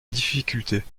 difficulté